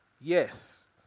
yes